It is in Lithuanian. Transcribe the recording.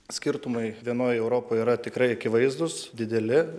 skirtumai vienoj europoj yra tikrai akivaizdūs dideli